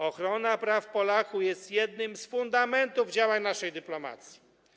Ochrona praw Polaków jest jednym z fundamentów działań naszej dyplomacji.